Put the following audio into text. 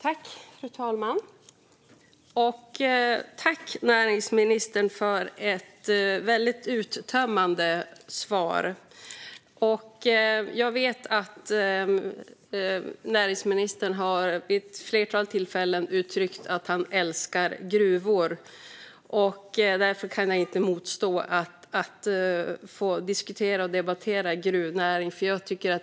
Fru talman! Jag tackar näringsministern för ett väldigt uttömmande svar. Jag vet att näringsministern vid ett flertal tillfällen har uttryckt att han älskar gruvor. Därför kan jag inte motstå att diskutera och debattera gruvnäringen.